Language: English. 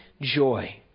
joy